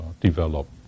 develop